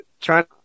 trying